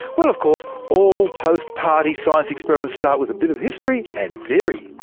well, of course, all post-party science experiments start with a bit of history and theory.